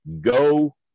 go